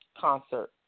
concert